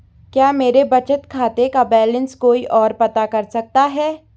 क्या मेरे बचत खाते का बैलेंस कोई ओर पता कर सकता है?